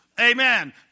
Amen